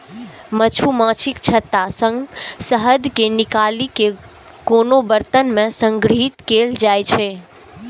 मछुमाछीक छत्ता सं शहद कें निकालि कें कोनो बरतन मे संग्रहीत कैल जाइ छै